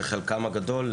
בחלקם הגדול,